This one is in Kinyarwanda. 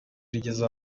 rigeze